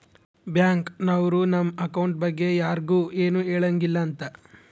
bank ನವ್ರು ನಮ್ account ಬಗ್ಗೆ ಯರ್ಗು ಎನು ಹೆಳಂಗಿಲ್ಲ ಅಂತ